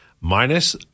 minus